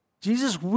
Jesus